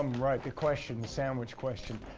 um right the question, the sandwich question.